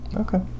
Okay